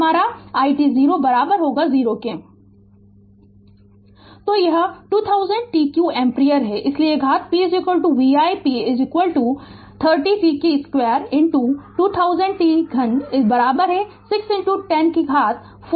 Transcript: Refer Slide Time 2356 तो यह 2000 t q ampere है इसलिए घात p v i p तीस t 2 2000 t घन 6 10 घात 4 t से घात 5 तक